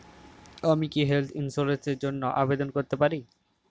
আমি কি health insurance র জন্য আবেদন করতে পারি?